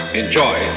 enjoy